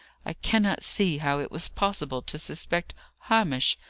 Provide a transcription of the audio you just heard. i cannot see how it was possible to suspect hamish,